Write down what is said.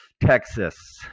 Texas